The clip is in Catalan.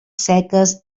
seques